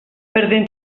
perdent